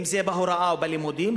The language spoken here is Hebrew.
אם בהוראה או בלימודים,